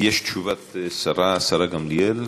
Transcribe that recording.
יש תשובת שרה, השרה גמליאל?